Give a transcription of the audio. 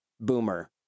boomer